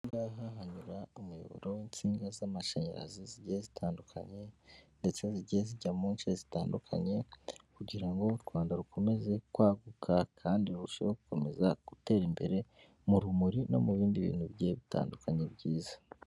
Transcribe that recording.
Aha ngaha hanyura umuyoboro w'insinga z'amashanyarazi zigiye zitandukanye, ndetse zigiye zijya mu nce zitandukanye, kugira ngo u Rwanda rukomeze kwaguka, kandi rurusheho gukomeza gutera imbere mu rumuri no mu bindi bintu bigiye bitandukanye byiza.